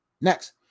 Next